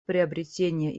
приобретения